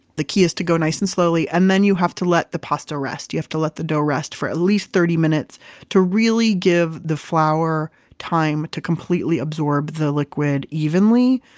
the key is to go nice and slowly, and then you have to let the pasta rest. you have to let the dough rest for at least thirty minutes to really give the flour time to completely absorb the liquid evenly.